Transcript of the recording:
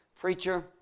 Preacher